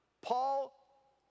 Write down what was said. Paul